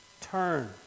Turn